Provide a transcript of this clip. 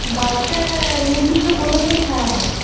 বাসটা নির্দিষ্ট কোথা থেকে ছাড়া হয়